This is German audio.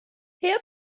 herr